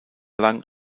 lang